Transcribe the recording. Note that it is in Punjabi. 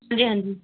ਹਾਂਜੀ ਹਾਂਜੀ